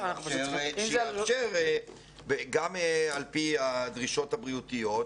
לאפשר גם על פי הדרישות הבריאותיות